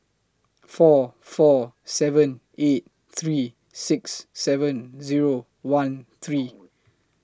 four four seven eight three six seven Zero one three